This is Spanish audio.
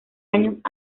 años